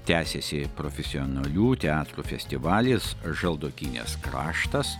tęsiasi profesionalių teatrų festivalis žaldokynės kraštas